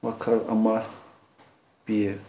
ꯋꯥꯈꯜ ꯑꯃ ꯄꯤꯌꯦ